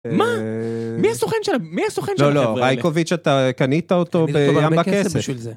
מה? מי הסוכן שלהם? מי הסוכן שלהם? לא, לא, רייקוביץ', אתה קנית אותו בימבה כסף.